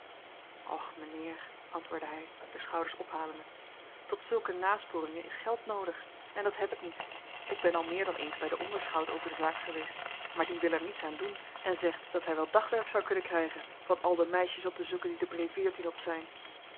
och mijnheer antwoordde hij de schouders ophalende tot zulke nasporingen is geld noodig en dat heb ik niet ik ben al meer dan eens bij den onderschout over de zaak geweest maar die wil er niets aan doen en zegt dat hij wel dagwerk zou kunnen krijgen van al de meisjes op te zoeken die de breeveertien op zijn